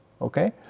Okay